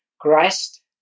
Christ